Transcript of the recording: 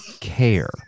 care